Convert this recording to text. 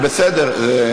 בסדר.